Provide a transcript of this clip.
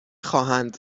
خواهند